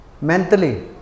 Mentally